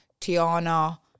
Tiana